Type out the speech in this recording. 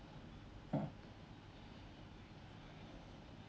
mm